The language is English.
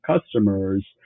customers